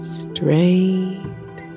straight